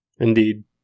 Indeed